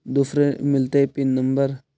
दुसरे मिलतै PIN number?